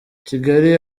kigali